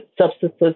substances